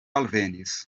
alvenis